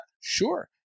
Sure